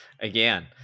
again